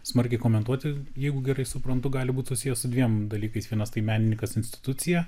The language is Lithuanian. smarkiai komentuoti jeigu gerai suprantu gali būt susijęs su dviem dalykais vienas tai menininkas institucija